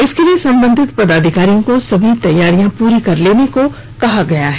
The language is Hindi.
इसके लिए संबंधित पदाधिकारियों को सभी तैयारियां पूरी कर लेने को कहा है